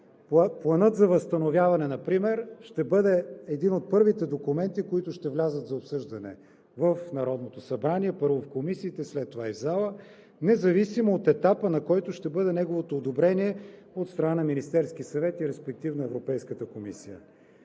Плана за възстановяване например ще бъде един от първите документи, които ще влязат за обсъждане в Народното събрание – първо в комисиите след това и в залата. Независимо от етапа, на който ще бъде неговото одобрение от страна на Министерския съвет и респективно Европейската комисия.